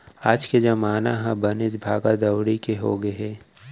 आज के जमाना ह बनेच भागा दउड़ी के हो गए हे